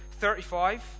35